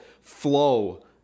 flow